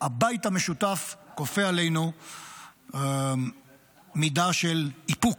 הבית המשותף כופה עלינו מידה של איפוק.